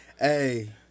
Hey